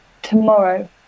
Tomorrow